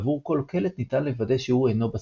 שעבור כל קלט ניתן לודא שהוא אינו בשפה.